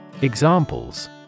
Examples